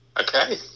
okay